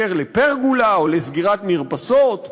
אני בעד זה שלא צריך יהיה לקבל אישור והיתר לפרגולה או לסגירת מרפסות.